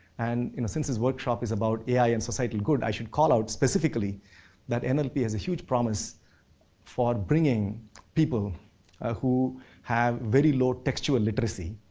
and you know since this workshop is about ai and societal good, i should call out specifically that and nlp has a huge promise for bringing people who have very low textual literacy